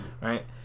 Right